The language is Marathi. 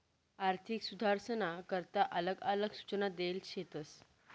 आर्थिक सुधारसना करता आलग आलग सूचना देल शेतस